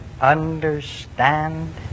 understand